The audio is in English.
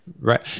Right